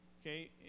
okay